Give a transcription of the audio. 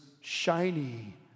shiny